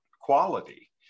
quality